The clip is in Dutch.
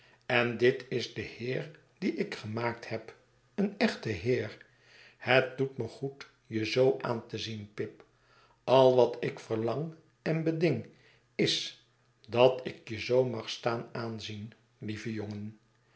en dit is de heer dien ik gemaakt heb een echte heer het doet me goed je zoo aan te zien pip al wat ik verlang en beding is dat ik je zoo mag staan aanzien lieve jongen